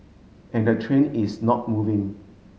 and the train is not moving